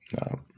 No